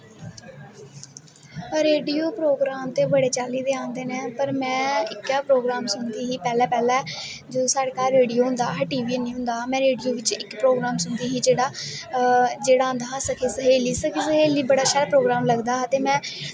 radio programme ते बड़े चाल्ली दे आंदे नै पर में इक्कै प्रोग्राम सुनदी ही पैह्लैं पैह्लैं जदूं साढ़े घर रेडियो होंदा हा टी वी होंदा हा में रेडियो बिच्च इक प्रोग्रम सुनदी ही जेह्ड़ा जेह्ड़ा आंदा हा सखी सहेली सखी सहेली बड़ा शैल लगदा हा ते मैं